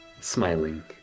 smiling